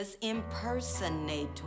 impersonator